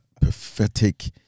pathetic